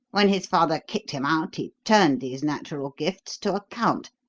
when his father kicked him out he turned these natural gifts to account,